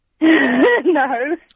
No